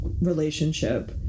relationship